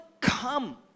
come